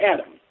Adam